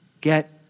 Get